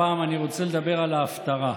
הפעם אני רוצה לדבר על ההפטרה.